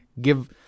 give